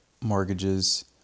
mortgages